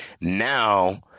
now